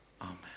Amen